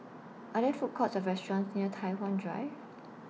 Are There Food Courts Or restaurants near Tai Hwan Drive